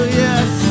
yes